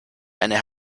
eine